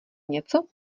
něco